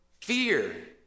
fear